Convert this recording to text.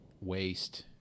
waste